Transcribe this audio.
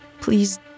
Please